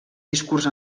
discurs